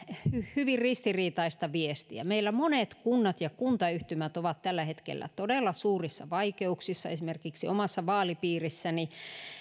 hyvin ristiriitaista viestiä meillä monet kunnat ja kuntayhtymät ovat tällä hetkellä todella suurissa vaikeuksissa esimerkiksi omassa vaalipiirissäni